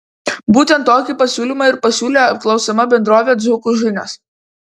būtent tokį pasiūlymą ir pasiūlė apklausiama bendrovė dzūkų žinios